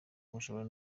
mushobora